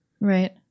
Right